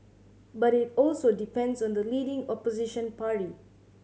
but it also depends on the leading Opposition party